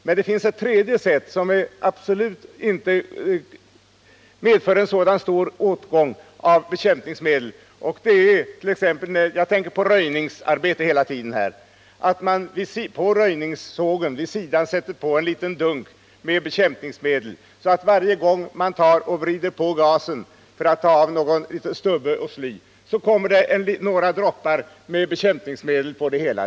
Men det finns också ett tredje sätt, som absolut inte medför en så stor åtgång av bekämpningsmedel. Jag tänker här hela tiden på röjningsarbete. På sidan av röjningss gen kan man fästa en liten tank med bekämpningsmedel. Varje gång man vrider på gasen för att såga av någon liten stubbe eller något sly kommer det några droppar bekämpningsmedel på det hela.